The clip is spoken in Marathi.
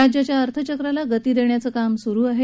राज्याच्या अर्थचक्राला गती देण्याचं काम सुरू आहे